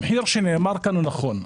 המחיר שנאמר כאן הוא נכון,